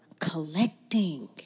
collecting